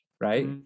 Right